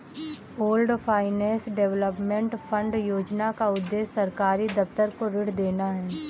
pooled finance development fund योजना का उद्देश्य सरकारी दफ्तर को ऋण देना है